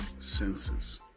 senses